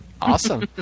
Awesome